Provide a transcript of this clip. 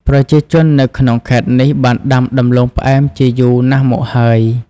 ប្រជាជននៅក្នុងខេត្តនេះបានដាំដំឡូងផ្អែមជាយូរណាស់មកហើយ។